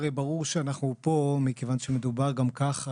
הרי ברור שאנחנו פה מכיוון שמדובר גם ככה